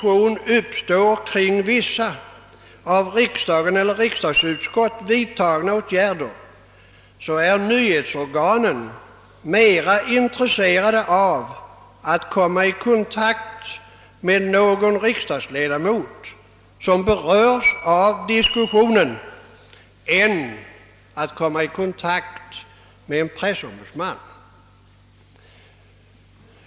sion uppstår kring av riksdag eller riks dagsutskott vidtagna åtgärder, är nyhetsorganen mera intresserade av att komma i kontakt med någon riksdagsledamot som berörs av diskussionen än att komma i kontakt med en pressombudsman.